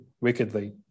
wickedly